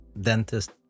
dentist